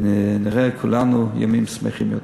ונראה כולנו ימים שמחים יותר.